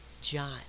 John